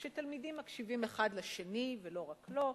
שתלמידים מקשיבים אחד לשני ולא רק לו.